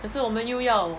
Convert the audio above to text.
可是我们又要